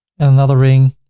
and another ring,